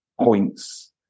points